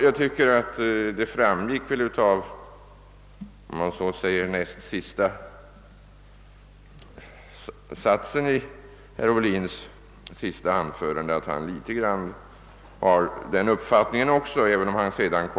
Jag tycker också att det framgick av låt mig säga näst sista satsen i herr Ohlins senaste anförande, att han i viss mån också har denna uppfattning — även om han sade något